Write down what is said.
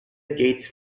gates